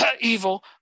evil